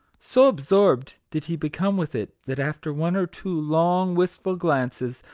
so absorbed did he become with it, that after one or two long, wistful glances,